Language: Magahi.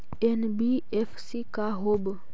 एन.बी.एफ.सी का होब?